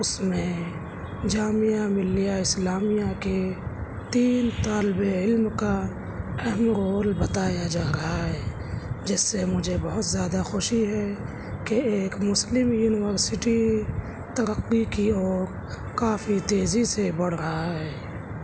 اس میں جامعہ ملیہ اسلامیہ کے تین طالب علم کا اہم رول بتایا جا رہا ہے جس سے مجھے بہت زیادہ خوشی ہے کہ ایک مسلم یونیورسٹی ترقی کی اور کافی تیزی سے بڑھ رہا ہے